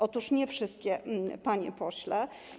Otóż nie wszystkie, panie pośle.